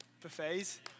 buffets